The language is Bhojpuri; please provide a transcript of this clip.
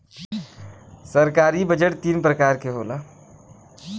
सरकारी बजट तीन परकार के होला